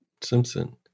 Simpson